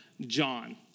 John